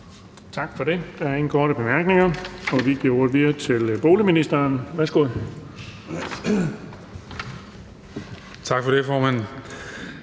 Tak for det. Der er ingen korte bemærkninger. Vi giver ordet til boligministeren. Værsgo.